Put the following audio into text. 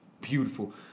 beautiful